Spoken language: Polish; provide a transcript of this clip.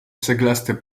ceglaste